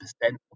percent